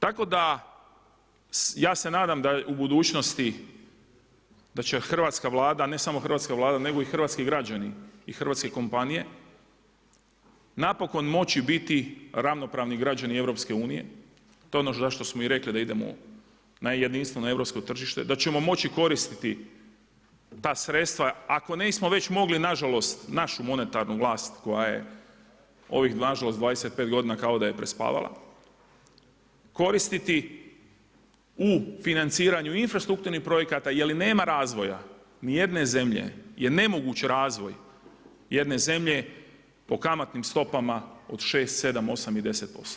Tako da ja se nadam da u budućnosti, da će hrvatska Vlada, ne samo Hrvatska vlada, nego i hrvatski građani, i hrvatske kompanije, napokon moći biti ravnopravni građani EU, to je ono za što smo i rekli da idemo na jedinstveno europsko tržište, da ćemo moći koristiti ta sredstva, ako nismo već mogli nažalost, našu monetarnu vlast, koja je ovih nažalost 25 g. kao da je prespavala, koristiti u financiranju infrastrukturnih projekata, jer i nema razvoja ni jedne zemlje, je nemogući razvoj jedne zemlje po kamatnim stopama po 6, 7 ,8 i 10%